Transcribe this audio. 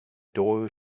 door